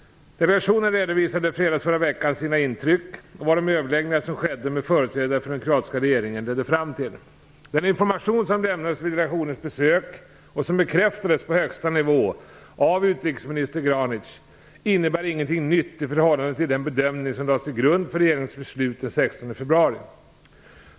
Delegationen redovisade på fredagen i förra veckan sina intryck och vad de överläggningar som skedde med företrädare för den kroatiska regeringen ledde fram till. Den information som lämnades vid delegationens besök och som bekräftades på högsta nivå av utrikesminister Granic innebär ingenting nytt i förhållande till den bedömning som lades till grund för regeringens beslut den 16 februari.